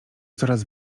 coraz